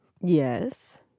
Yes